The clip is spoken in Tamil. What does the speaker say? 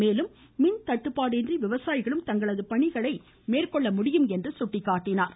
மேலும் மின் தட்டுப்பாடின்றி விவசாயிகளும் தங்களது பணிகளை மேற்கொள்ள முடியும் என்றார்